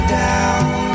down